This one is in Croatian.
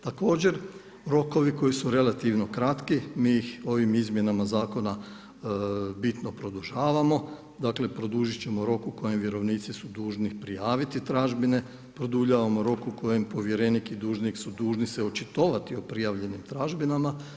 Također, rokovi koji su relativno kratki, mi ih ovih izmjenama zakona bitno produžavamo, dakle, produžiti ćemo rok u kojem vjerovnici su dužni prijaviti tražbine produljavamo rok u kojem povjerenik i dužnik su dužni se očitovati o prijavljenim tražbinama.